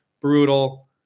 Brutal